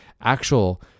actual